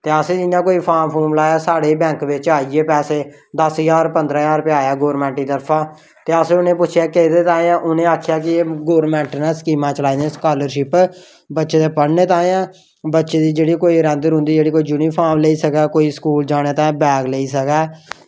ते असें बी फॉर्म लाया ते साढ़े बी बैंक बिच आइयै पैसे दस्स ज्हार पंद्रहां ज्हार रपेआ आया गौरमेंट दी तरफा ते असें पुच्छेआ कि एह् केह्दे ताहीं ते उनें दस्सेआ कि गौरमेंट नै स्कीमां चलाई दियां स्कॉलरशिप बच्छें दे पढ़ने ताहीं ऐ बच्चें दी रौहंदी कोई जेह्ड़ी यूनिफॉर्म लेई सकै कोई स्कूल जाने ताहीं जां बैग लेई सकै